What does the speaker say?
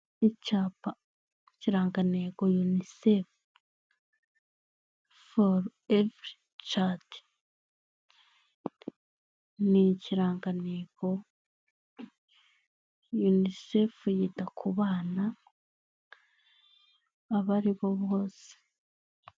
Icyapa kirangagantego unisefu foru evuri calidi, ni ikirangantego unisefu yita ku bana, aba aribo bose.